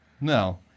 No